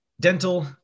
dental